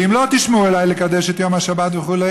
"ואם לא תשמעו אלי לקדש את יום השבת", וכו',